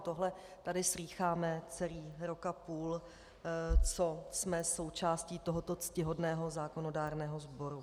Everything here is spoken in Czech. Tohle tady slýcháme celý rok a půl, co jsme součástí tohoto ctihodného zákonodárného sboru.